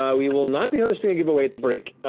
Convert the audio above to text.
um we will not be hosting a giveaway at the break,